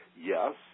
Yes